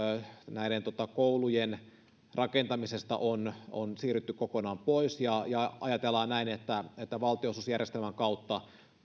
näiden koulujen erillisestä rakentamisesta on on siirrytty kokonaan pois ja ja ajatellaan näin että että valtionosuusjärjestelmän kautta